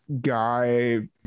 guy